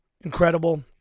Incredible